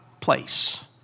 place